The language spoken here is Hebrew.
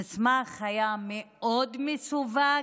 המסמך היה מאוד מסווג,